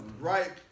Right